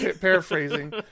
paraphrasing